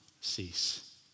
cease